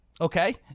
Okay